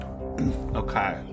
Okay